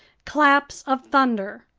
claps of thunder.